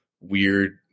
weird